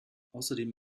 außerdem